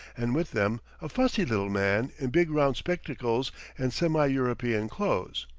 and with them a fussy little man in big round spectacles and semi-european clothes.